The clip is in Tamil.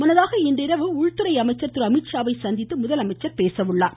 முன்னதாக இன்றிரவு உள்துறை அமைச்சர் திரு அமித்ஷாவை சந்தித்து பேசுகிறார்